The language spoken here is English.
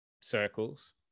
circles